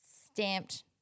stamped